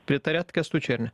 pritariat kęstučiui ar ne